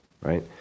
Right